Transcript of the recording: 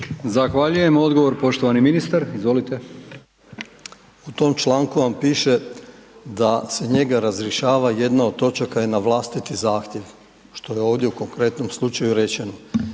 Zahvaljujem. Odgovor poštovani ministar, izvolite. **Bošnjaković, Dražen (HDZ)** U tom članku vam piše da se njega razrješava, jedno od točaka je na vlastiti zahtjev, što je ovdje u konkretnom slučaju rečeno